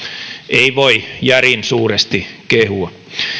ei voi järin suuresti kehua